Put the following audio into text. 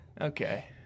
Okay